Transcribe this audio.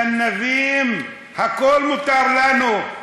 גנבים, הכול מותר לנו,